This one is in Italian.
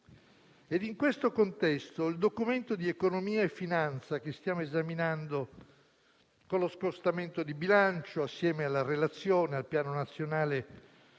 In questo contesto, il Documento di economia e finanza che stiamo esaminando con lo scostamento di bilancio, assieme alla relazione, al Piano nazionale